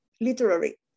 literary